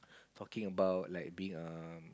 talking about like being a